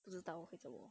不知道我会什么